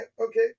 okay